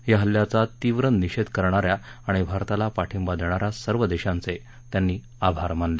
या हल्ल्याचा तीव्र निषेध करणाऱ्या आणि भारताला पाठिंबा देणाऱ्या सर्व देशांचे त्यांनी आभार मानले